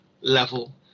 level